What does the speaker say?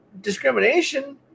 discrimination